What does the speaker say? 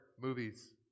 movies